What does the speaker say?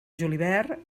julivert